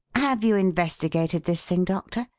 have you investigated this thing, doctor?